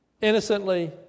innocently